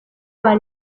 boyz